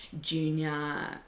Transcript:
junior